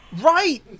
Right